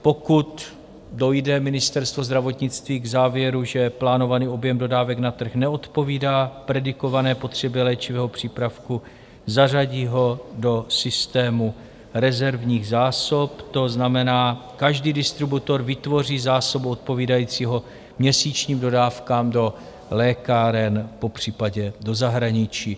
Pokud dojde Ministerstvo zdravotnictví k závěru, že plánovaný objem dodávek na trh neodpovídá predikované potřebě léčivého přípravku, zařadí ho do systému rezervních zásob, to znamená, každý distributor vytvoří zásobu odpovídající měsíčním dodávkám do lékáren, popřípadě do zahraničí.